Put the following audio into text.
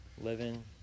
Living